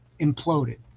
imploded